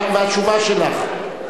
והתשובה שלך.